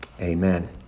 amen